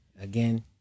again